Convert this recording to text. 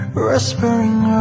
whispering